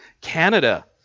Canada